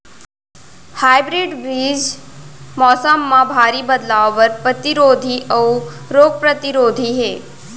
hybrid बीज मौसम मा भारी बदलाव बर परतिरोधी अऊ रोग परतिरोधी हे